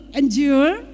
endure